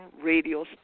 Radio